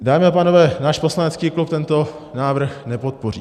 Dámy a pánové, náš poslanecký klub tento návrh nepodpoří.